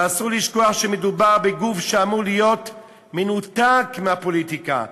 ואסור לשכוח שמדובר בגוף שאמור להיות מנותק מהפוליטיקה.